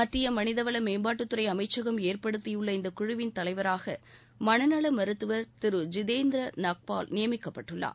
மனித வள மேம்பாட்டுத்துறை அமைச்சகம் ஏற்படுத்தியுள்ள இந்த குழுவிள் தலைவராக மனநல மத்திய மருத்துவர் திரு ஜிதேந்திர நாக்பால் நியமிக்கப்பட்டுள்ளார்